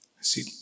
See